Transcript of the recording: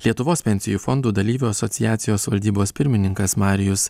lietuvos pensijų fondų dalyvių asociacijos valdybos pirmininkas marijus